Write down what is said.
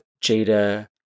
Jada